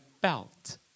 belt